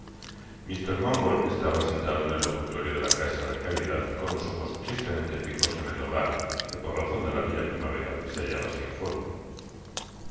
bumble estaba sentado en el locutorio de id casa de caridad con los ojos tristemente fijos en el hogar que por razon de la bella primavera se hallaba sin fuego la